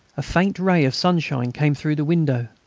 a faint ray of sunshine came through the window.